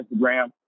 Instagram